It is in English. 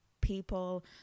people